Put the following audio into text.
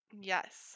yes